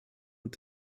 und